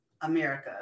America